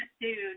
dude